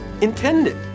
Intended